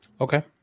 Okay